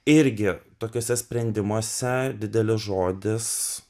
irgi tokiuose sprendimuose didelis žodis